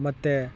ಮತ್ತು